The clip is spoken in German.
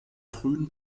frühen